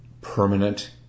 permanent